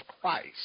Christ